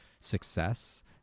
success